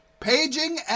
Paging